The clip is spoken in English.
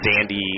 sandy